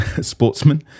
sportsman